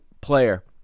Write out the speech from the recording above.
player